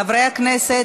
חברי הכנסת,